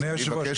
אדוני יושב הראש,